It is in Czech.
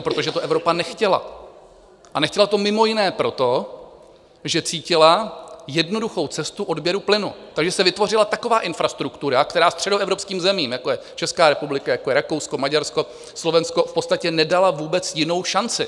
Protože to Evropa nechtěla a nechtěla to mimo jiné proto, že cítila jednoduchou cestu odběru plynu, takže se vytvořila taková infrastruktura, která středoevropským zemím, jako je Česká republika, jako je Rakousko, Maďarsko, Slovensko, v podstatě nedala vůbec jinou šanci.